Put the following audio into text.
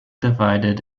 divided